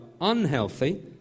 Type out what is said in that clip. unhealthy